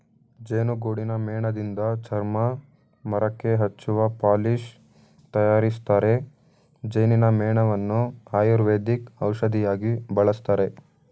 ಜೇನುಗೂಡಿನ ಮೇಣದಿಂದ ಚರ್ಮ, ಮರಕ್ಕೆ ಹಚ್ಚುವ ಪಾಲಿಶ್ ತರಯಾರಿಸ್ತರೆ, ಜೇನಿನ ಮೇಣವನ್ನು ಆಯುರ್ವೇದಿಕ್ ಔಷಧಿಯಾಗಿ ಬಳಸ್ತರೆ